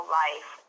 life